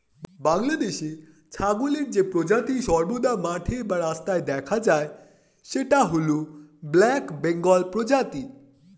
বাংলাদেশে ছাগলের যে প্রজাতি সর্বদা মাঠে বা রাস্তায় দেখা যায় সেটি হল ব্ল্যাক বেঙ্গল প্রজাতি